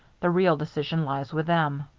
the real decision lies with them.